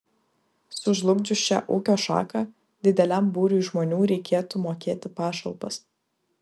sužlugdžius šią ūkio šaką dideliam būriui žmonių reikėtų mokėti pašalpas